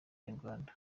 nyarwanda